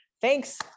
thanks